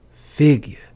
figure